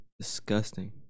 disgusting